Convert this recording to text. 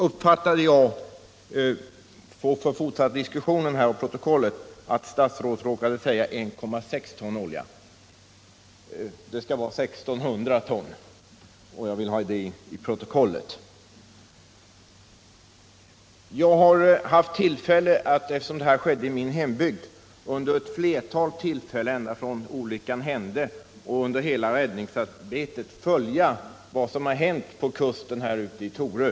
Eftersom olyckan inträffade i min hembygd har jag vid ett flertal tillfällen, ända från det att olyckan hände och under hela räddningsarbetet, haft tillfälle att följa vad som skett med kusten ute vid Torö.